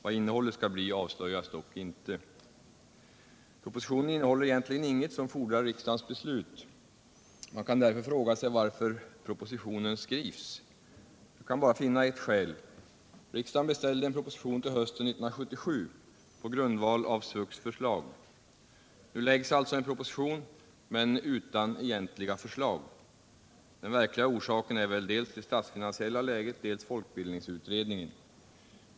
Vad innehållet skall bli avslöjas dock inte. Propositionen innehåller egentligen inget som fordrar riksdagens beslut. Man kan därför fråga sig varför propositionen skrevs. Jag kan bara finna ett skäl. Riksdagen beställde en proposition till hösten 1977 på grundval av SVUX förslag. Nu läggs alltså en proposition — men utan egentliga förslag. Den verkliga orsaken är väl dels det statsfinansiella läget, dels folkbildningsutredningen.